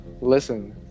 listen